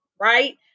right